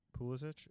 Pulisic